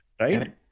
right